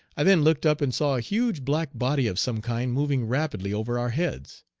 i then looked up and saw a huge black body of some kind moving rapidly over our heads.